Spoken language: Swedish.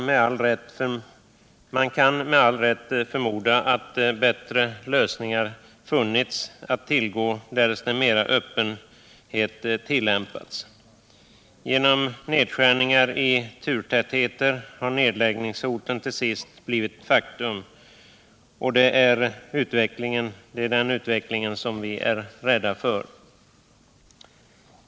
Man kan med all rätt förmoda att bättre lösningar funnits att tillgå därest en större öppenhet tillämpats. Genom nedskärningar i turtätheten har nedläggningshoten till sist blivit verklighet. Det är den utvecklingen som vi är rädda för.